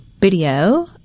video